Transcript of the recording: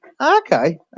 Okay